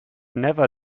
never